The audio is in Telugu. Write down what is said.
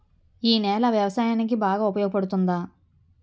ఈ నేల వ్యవసాయానికి బాగా ఉపయోగపడుతుందా?